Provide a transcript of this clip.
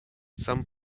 some